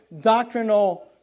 doctrinal